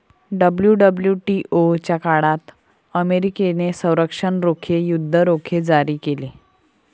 WWTO च्या काळात अमेरिकेने संरक्षण रोखे, युद्ध रोखे जारी केले